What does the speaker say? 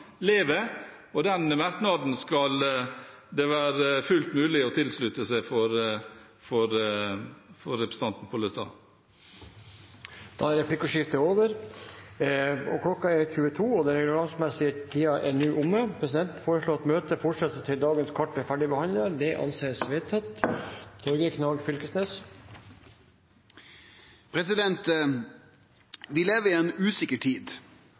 lever, og den merknaden skal det være fullt mulig å slutte seg til for representanten Pollestad. Replikkordskiftet er over. Klokken er 22, og den reglementsmessige tiden for Stortingets møte er nå omme. Presidenten foreslår at møtet fortsetter til dagens kart er ferdigbehandlet. – Det anses vedtatt. Vi lever i ei usikker tid.